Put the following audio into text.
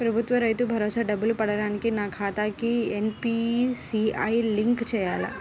ప్రభుత్వ రైతు భరోసా డబ్బులు పడటానికి నా ఖాతాకి ఎన్.పీ.సి.ఐ లింక్ చేయాలా?